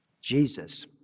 Jesus